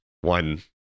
One